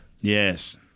Yes